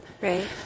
Right